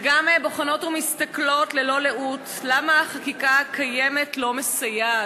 וגם בוחנות ומסתכלות ללא לאות למה החקיקה הקיימת לא מסייעת,